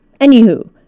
Anywho